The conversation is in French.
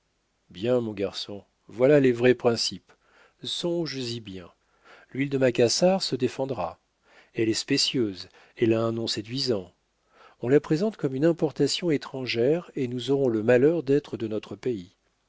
bien mon garçon voilà les vrais principes songes-y bien l'huile de macassar se défendra elle est spécieuse elle a un nom séduisant on la présente comme une importation étrangère et nous aurons le malheur d'être de notre pays